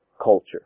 culture